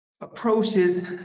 approaches